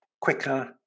quicker